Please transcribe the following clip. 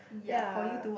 ya